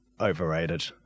Overrated